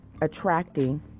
attracting